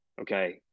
okay